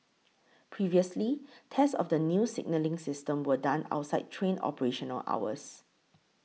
previously tests of the new signalling system were done outside train operational hours